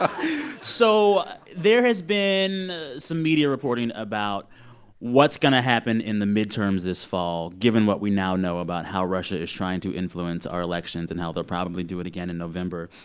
um so there has been some media reporting about what's going to happen in the midterms this fall, given what we now know about how russia is trying to influence our elections and how they'll probably do it again in november.